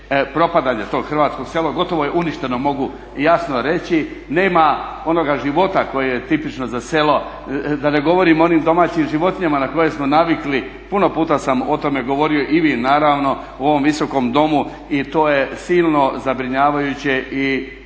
propadanje tog hrvatskog sela, gotovo je uništeno mogu jasno reći, nema onoga života koje je tipično za selo, da ne govorim o onim domaćim životinjama na koje smo navikli. Puno puta sam o tome govorio i vi naravno u ovom Visokom domu i to je silno zabrinjavajuće i